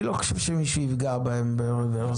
אני לא חושב שמישהו יפגע בהם ברוורס.